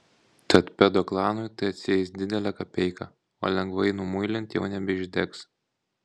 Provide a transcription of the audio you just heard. tad pedoklanui tai atsieis didelę kapeiką o lengvai numuilint jau nebeišdegs